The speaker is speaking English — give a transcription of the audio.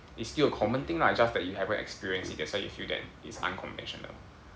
is still a common thing lah just that you haven't experience it that's why you feel then is unconventional